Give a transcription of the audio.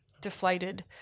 deflated